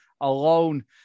alone